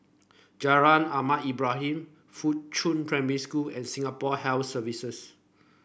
Jalan Ahmad Ibrahim Fuchun Primary School and Singapore Health Services